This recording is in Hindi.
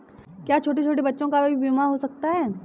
क्या छोटे छोटे बच्चों का भी बीमा हो सकता है?